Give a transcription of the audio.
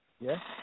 Yes